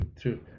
True